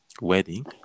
wedding